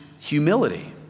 humility